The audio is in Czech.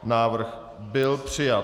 Návrh byl přijat.